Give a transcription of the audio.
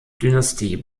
dynastie